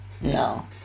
no